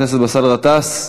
חבר הכנסת באסל גטאס,